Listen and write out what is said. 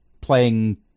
playing